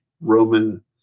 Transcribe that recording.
Roman